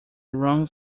wrong